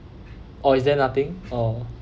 or is there nothing or